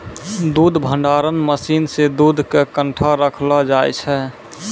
दूध भंडारण मसीन सें दूध क ठंडा रखलो जाय छै